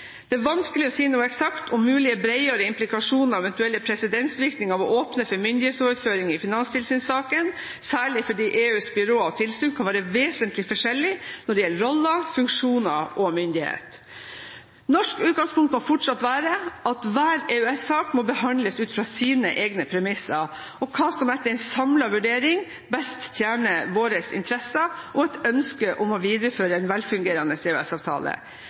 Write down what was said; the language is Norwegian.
Det er vanskelig å si noe eksakt om mulige bredere implikasjoner og eventuelle presedensvirkninger av å åpne for myndighetsoverføring i finanstilsynssaken, særlig fordi EUs byråer og tilsyn kan være vesentlig forskjellige når det gjelder roller, funksjoner og myndighet. Norsk utgangspunkt må fortsatt være at hver EØS-sak må behandles ut fra sine egne premisser og hva som etter en samlet vurdering best tjener våre interesser og et ønske om å videreføre en velfungerende